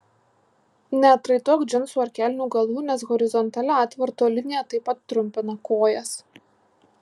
neatraitok džinsų ar kelnių galų nes horizontali atvarto linija taip pat trumpina kojas